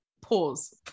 pause